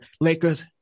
Lakers